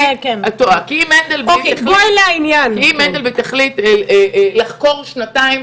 אם מנדלבליט החליט לחקור שנתיים,